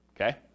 okay